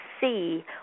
see